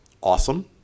awesome